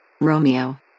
Romeo